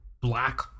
black